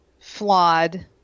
flawed